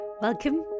Welcome